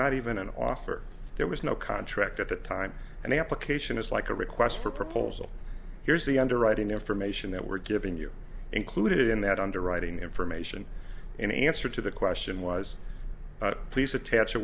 not even an offer there was no contract at the time and the application is like a request for proposal here's the underwriting information that we're given you included in that underwriting information in answer to the question was please attach